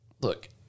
Look